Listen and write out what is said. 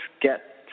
get